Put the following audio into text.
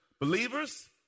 Believers